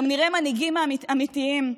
גם נראה מנהיגים אמיתיים,